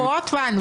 נו, רוטמן.